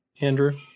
Andrew